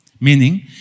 Meaning